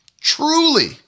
truly